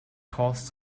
caused